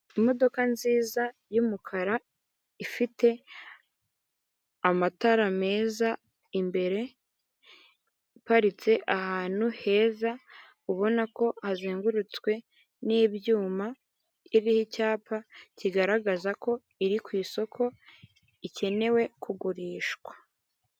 Imodoka nziza y'umukara ifite amatara meza imbere iparitse ahantu heza ubona ko azengurutswe n'ibyuma iriho icyapa kigaragaza ko iri ku isoko ikenewe kugurishwa.